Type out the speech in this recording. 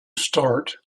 start